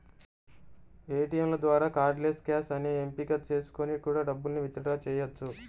ఏటియంల ద్వారా cardless cash అనే ఎంపిక చేసుకొని కూడా డబ్బుల్ని విత్ డ్రా చెయ్యొచ్చు